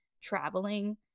traveling